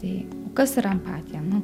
tai kas yra empatija nu